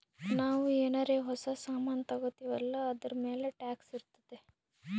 ನಾವು ಏನಾರೇ ಹೊಸ ಸಾಮಾನ್ ತಗೊತ್ತಿವ್ ಅಲ್ಲಾ ಅದೂರ್ಮ್ಯಾಲ್ ಟ್ಯಾಕ್ಸ್ ಇರ್ತುದೆ